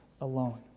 alone